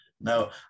no